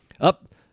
up